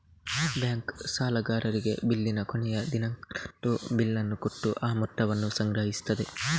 bank ಸಾಲಗಾರರಿಗೆ ಬಿಲ್ಲಿನ ಕೊನೆಯ ದಿನಾಂಕದಂದು ಬಿಲ್ಲನ್ನ ಕೊಟ್ಟು ಆ ಮೊತ್ತವನ್ನ ಸಂಗ್ರಹಿಸ್ತದೆ